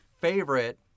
favorite